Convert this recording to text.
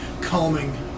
calming